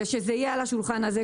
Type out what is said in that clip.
שזה יהיה על השולחן הזה.